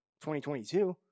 2022